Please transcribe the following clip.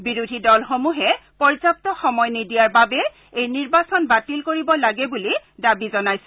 বিৰোধী দলসমূহে পৰ্যাপ্ত সময় নিদিয়া বাবে এই নিৰ্বাচন বাতিল কৰিব লাগে বুলি দাবী জনাইছিল